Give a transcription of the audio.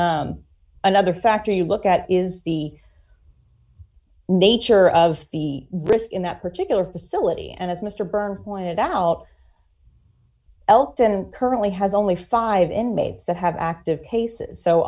p another factor you look at is the nature of the risk in that particular facility and as mr burns pointed out elkton currently has only five inmates that have active cases so